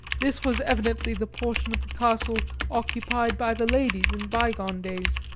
this was evidently the portion of the castle occupied by the ladies in bygone days,